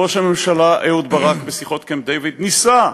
ראש הממשלה אהוד ברק, בשיחות קמפ-דייוויד, ניסה,